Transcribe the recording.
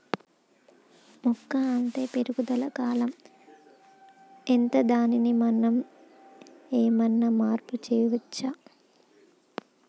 మొక్క అత్తే పెరుగుదల కాలం ఎంత దానిలో మనం ఏమన్నా మార్పు చేయచ్చా?